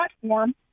platform